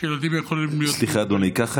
שילדים יכולים להיות מוגבלים.